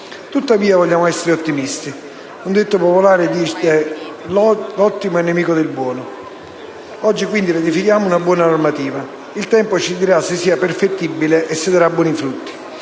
Tuttavia, vogliamo essere ottimisti; un detto popolare recita: «L'ottimo è nemico del buono». Oggi, quindi, ratifichiamo una buona normativa; il tempo ci dirà se sia perfettibile e se darà buoni frutti.